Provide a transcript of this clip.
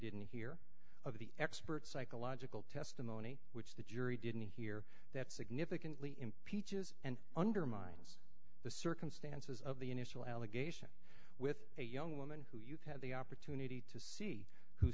didn't hear of the expert psychological testimony which the jury didn't hear that significantly impeaches and undermines the circumstances of the initial allegation with a young woman who you've had the opportunity to see who